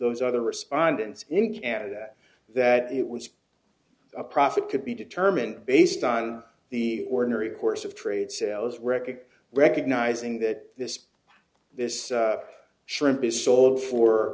those other respondents in canada that that it was a profit could be determined based on the ordinary course of trade sales record recognizing that this this shrimp be sold for